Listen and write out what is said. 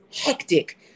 hectic